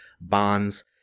bonds